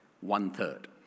one-third